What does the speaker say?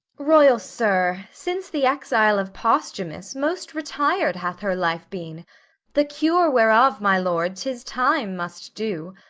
royal sir, since the exile of posthumus, most retir'd hath her life been the cure whereof, my lord, tis time must do.